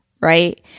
right